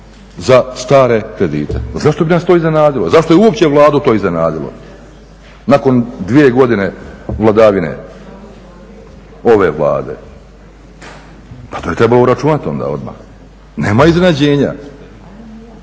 za stare kredite. Zašto bi nas to iznenadilo, zašto je uopće Vladu to iznenadilo nakon 2 godine vladavine ove Vlade? Pa to je trebalo uračunati ona odmah. Nema iznenađenja,